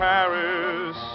Paris